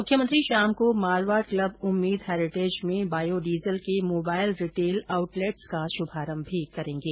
मुख्यमंत्री शाम को मारवाड़ क्लब उम्मेद हैरिटेज में बायोडीजल के मोबाइल रिटेल आउटलेट्स का शुभारम्भ भी करेंगे